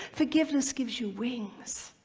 forgiveness gives you wings.